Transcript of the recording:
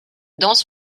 danse